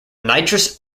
nitrous